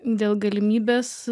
dėl galimybės